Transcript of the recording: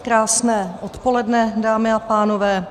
Krásné odpoledne, dámy a pánové.